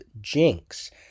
Jinx